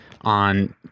on